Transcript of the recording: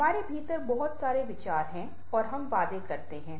हमारे भीतर बहुत सारे विचार हैं और हम वादे करते हैं